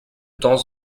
temps